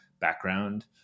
background